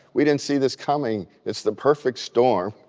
we didn't see this coming. it's the perfect storm.